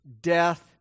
death